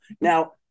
Now